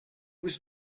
was